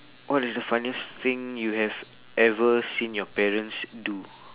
what is the funniest thing you have ever seen your parents do